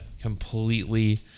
completely